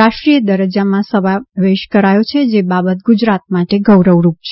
રાષ્ટ્રીય દરજ્જા માં સમાવેશ કરાયો છે જે બાબત ગુજરાત માટે ગૌરવરૂપ છે